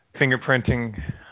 fingerprinting